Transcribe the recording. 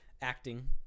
Acting